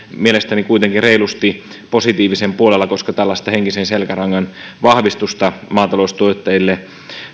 mielestäni kuitenkin reilusti positiivisen puolella koska tällaista henkisen selkärangan vahvistusta maataloustuottajille